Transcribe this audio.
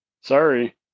Sorry